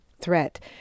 threat